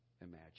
imagine